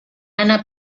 ana